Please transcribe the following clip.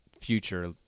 future